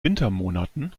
wintermonaten